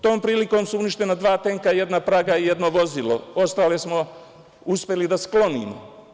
Tom prilikom su uništena dva tenka, jedna praga i jedno vozilo, ostale smo uspeli da sklonimo.